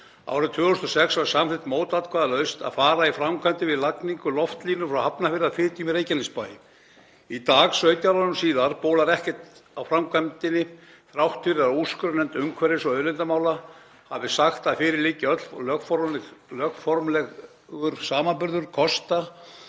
Árið 2006 var samþykkt mótatkvæðalaust að fara í framkvæmdir við lagningu loftlínu frá Hafnarfirði að Fitjum í Reykjanesbæ. Í dag, 17 árum síðar, bólar ekkert á framkvæmdinni þrátt fyrir að úrskurðarnefnd umhverfis- og auðlindamála hafi sagt að fyrir liggi allur lögformlegur samanburður kosta,